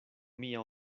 mia